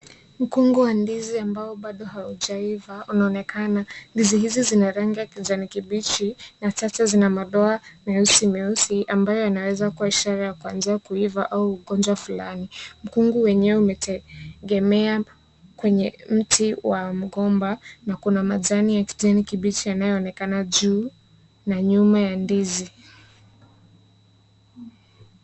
Mkungu wa ndizi ambao bado haujaiva unaonekana. Ndizi hizi zina rangi ya kijani kibichi na chache zina madoa meusi meusi ambayo yanaeza kua ishara ya kuanzia kuiva au ugonjwa fulani. Mkungu wenyewe umetegemea kwenye mti wa mgomba na kuna majani ya kijani kibichi yanayoonekana juu na nyuma ya ndizi.